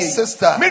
sister